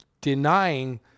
denying